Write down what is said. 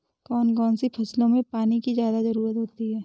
कौन कौन सी फसलों में पानी की ज्यादा ज़रुरत होती है?